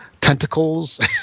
Tentacles